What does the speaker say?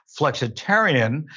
Flexitarian